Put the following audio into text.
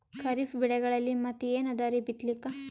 ಖರೀಫ್ ಬೆಳೆಗಳಲ್ಲಿ ಮತ್ ಏನ್ ಅದರೀ ಬಿತ್ತಲಿಕ್?